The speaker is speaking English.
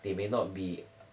they may not be